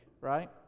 right